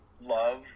love